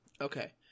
Okay